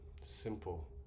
simple